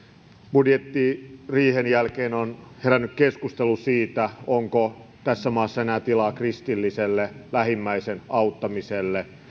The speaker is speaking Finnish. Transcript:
budjettiriihen jälkeen on herännyt keskustelu siitä onko tässä maassa enää tilaa kristilliselle lähimmäisen auttamiselle